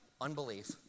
Unbelief